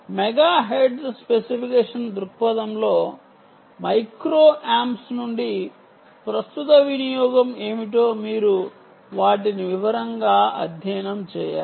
megahertz specification దృక్పథంలో micro amps నుండి ప్రస్తుత వినియోగం ఏమిటో మీరు వాటిని వివరంగా అధ్యయనం చేయాలి